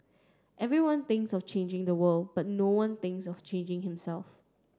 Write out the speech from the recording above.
everyone thinks of changing the world but no one thinks of changing himself